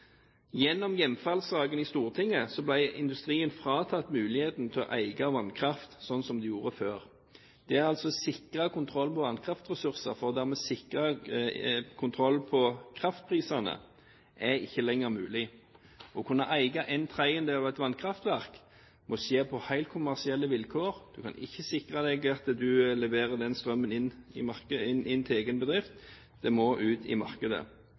Gjennom hjemfallssaken i Stortinget ble industrien fratatt muligheten til å eie vannkraft sånn som de gjorde før. Det å sikre kontroll med vannkraftressurser for dermed å sikre kontroll med kraftprisene er ikke lenger mulig. Å kunne eie en tredjedel av et vannkraftverk må skje på helt kommersielle vilkår. Du kan ikke sikre deg at du leverer den strømmen inn til egen bedrift. Den må ut i markedet.